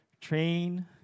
Train